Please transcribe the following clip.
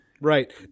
Right